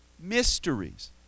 mysteries